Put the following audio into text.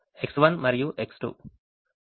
X1 మరియు X2